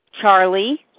Charlie